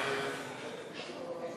עד